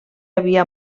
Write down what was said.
havia